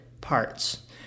parts